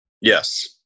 Yes